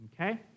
Okay